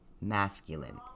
masculine